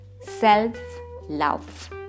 self-love